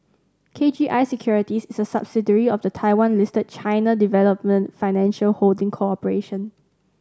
K G I Securities is a subsidiary of the Taiwan Listed China Development Financial Holding Corporation